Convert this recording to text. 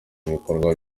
ibikorwa